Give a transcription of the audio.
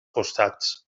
costats